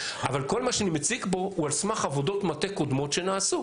אבל כל מה שאני מציג פה הוא על סמך עבודות מטה קודמות שנעשו.